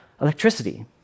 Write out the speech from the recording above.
electricity